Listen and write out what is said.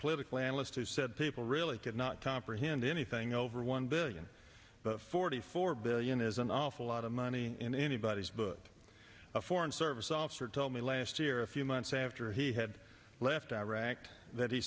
political analyst who said people really could not comprehend anything over one billion forty four billion is an awful lot of money in anybody's book a foreign service officer told me last year a few months after he had left iraq that he